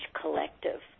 collective